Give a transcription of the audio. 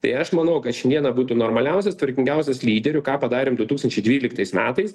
tai aš manau kad šiandieną būtų normaliausias tvarkingiausias lyderių ką padarėm du tūkstančiai dvyliktais metais